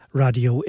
radio